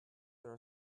there